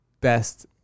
best